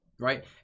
right